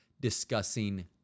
discussing